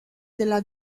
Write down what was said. della